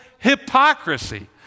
hypocrisy